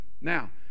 Now